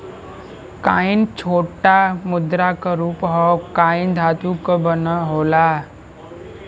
coin छोटा मुद्रा क रूप हौ कॉइन धातु क बना होला